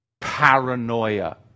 Paranoia